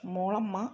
Molamma